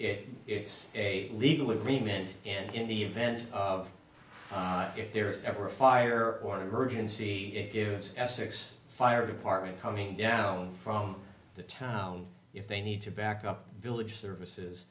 it it's a legal agreement in the event of if there's ever a fire or emergency it gives essex fire department coming down from the town if they need to back up village services